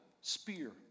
spear